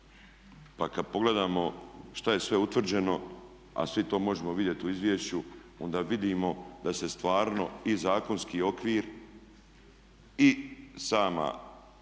Pa kad pogledamo šta je sve utvrđeno, a svi to možemo vidjet u izvješću, onda vidimo da se stvarno i zakonski okvir i sama sankcije